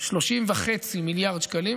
30.5 מיליארד שקלים: